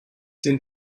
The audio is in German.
den